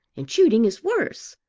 and shooting is worse.